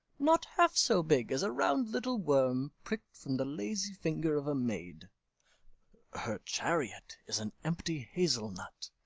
not half so big as a round little worm prick'd from the lazy finger of a maid her chariot is an empty hazel-nut,